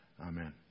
amen